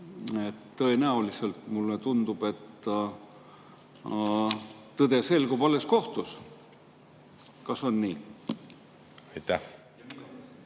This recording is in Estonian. Tõenäoliselt, mulle tundub, selgub tõde alles kohtus. Kas on nii?